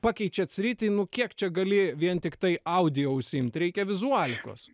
pakeičiat sritį nu kiek čia gali vien tiktai audio užsiimt reikia vizualikos